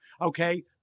Okay